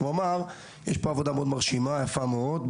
יש פה עבודה מרשימה ויפה מאוד,